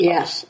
Yes